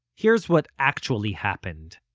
here's what actually happened.